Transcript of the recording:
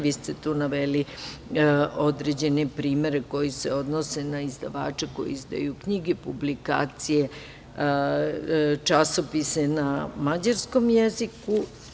Vi ste tu naveli određene primere koji se odnose na izdavače koji izdaju knjige, publikacije, časopise na mađarskom jeziku.